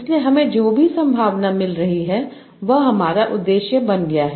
इसलिए हमें जो भी संभावना मिल रही है वह हमारा उद्देश्य बन गया है